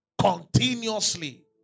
continuously